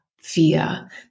fear